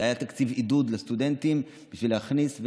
היה תקציב עידוד לסטודנטים בשביל להכניס.